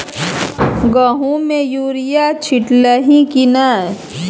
गहुम मे युरिया छीटलही की नै?